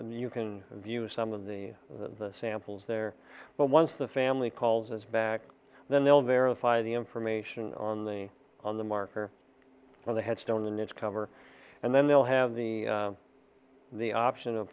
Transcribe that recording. you can view some of the the samples there but once the family calls its back then they'll verify the information on the on the marker on the headstone in its cover and then they'll have the the option of